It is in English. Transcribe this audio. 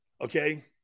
Okay